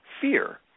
fear